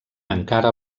encara